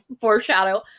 foreshadow